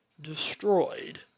destroyed